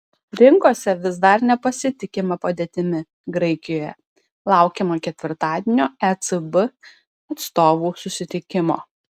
rinkose vis dar nepasitikima padėtimi graikijoje laukiama ketvirtadienio ecb atstovų susitikimo